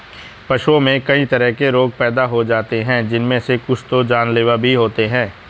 पशुओं में कई तरह के रोग पैदा हो जाते हैं जिनमे से कुछ तो जानलेवा भी होते हैं